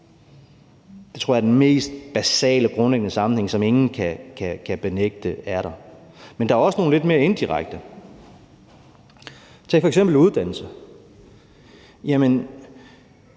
Det tror jeg er den mest basale, grundlæggende sammenhæng, som ingen kan benægte der er. Men der er også nogle lidt mere indirekte sammenhænge. Tag f.eks. uddannelse. Noget